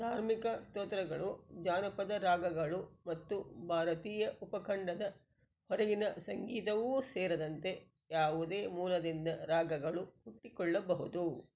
ಧಾರ್ಮಿಕ ಸ್ತೋತ್ರಗಳು ಜಾನಪದ ರಾಗಗಳು ಮತ್ತು ಭಾರತೀಯ ಉಪಖಂಡದ ಹೊರಗಿನ ಸಂಗೀತವೂ ಸೇರಿದಂತೆ ಯಾವುದೇ ಮೂಲದಿಂದ ರಾಗಗಳು ಹುಟ್ಟಿಕೊಳ್ಳಬಹುದು